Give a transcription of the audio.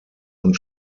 und